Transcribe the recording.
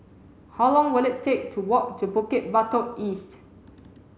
how long will it take to walk to Bukit Batok East